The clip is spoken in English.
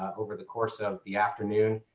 over the course of the afternoon.